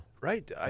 Right